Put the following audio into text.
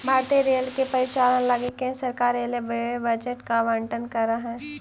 भारतीय रेलवे के परिचालन लगी केंद्र सरकार रेलवे बजट के आवंटन करऽ हई